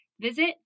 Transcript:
visit